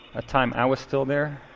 a time i was still there.